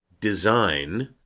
design